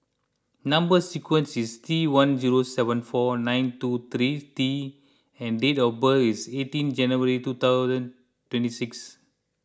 Number Sequence is T one zero seven four nine two three T and date of birth is eighteen January two thousand twenty six